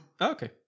Okay